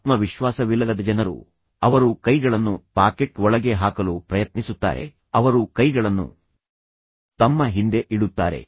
ಆತ್ಮವಿಶ್ವಾಸವಿಲ್ಲದ ಜನರು ಅವರು ಕೈಗಳನ್ನು ಪಾಕೆಟ್ ಒಳಗೆ ಹಾಕಲು ಪ್ರಯತ್ನಿಸುತ್ತಾರೆ ಅವರು ಕೈಗಳನ್ನು ತಮ್ಮ ಹಿಂದೆ ಇಡುತ್ತಾರೆ